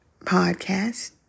podcast